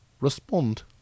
respond